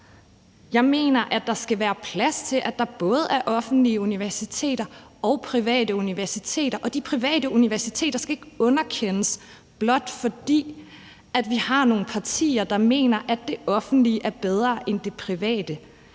Jeg mener, at der skal være plads til, at der både er offentlige universiteter og private universiteter, og de private universiteter skal ikke underkendes, blot fordi vi har nogle partier, der mener, at det offentlige er bedre end det private.